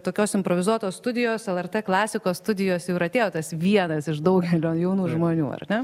tokios improvizuotos studijos lrt klasikos studijos jau ir atėjo tas vienas iš daugelio jaunų žmonių ar ne